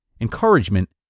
encouragement